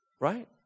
Right